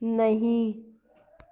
نہیں